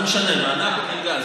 מה זה משנה מענק או מלגה?